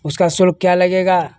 उसका शुल्क क्या लगेगा